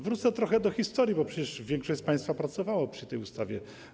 Wrócę trochę do historii, bo przecież większość z państwa pracowała przy tej ustawie.